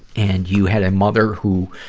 and you had a mother who,